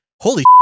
holy